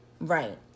Right